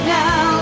now